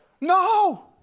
No